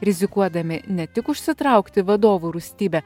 rizikuodami ne tik užsitraukti vadovo rūstybę